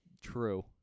True